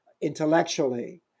intellectually